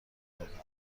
دادهاند